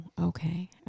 okay